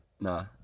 Nah